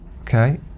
okay